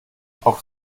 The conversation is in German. auch